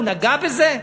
הוא נגע בזה?